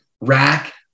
rack